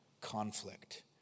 conflict